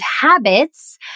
habits